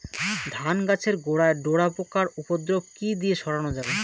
ধান গাছের গোড়ায় ডোরা পোকার উপদ্রব কি দিয়ে সারানো যাবে?